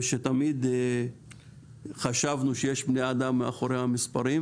תמיד חשבנו שיש בני אדם מאחורי המספרים,